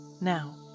Now